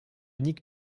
nick